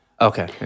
Okay